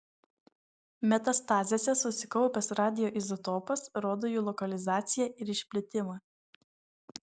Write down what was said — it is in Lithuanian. metastazėse susikaupęs radioizotopas rodo jų lokalizaciją ir išplitimą